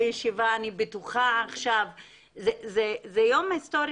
היכן שאני מתגורר, זו אדמת מדינה.